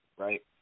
right